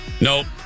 Nope